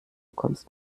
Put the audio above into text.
kommst